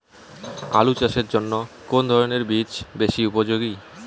আলু চাষের জন্য কোন ধরণের বীজ বেশি উপযোগী?